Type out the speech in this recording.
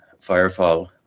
Firefall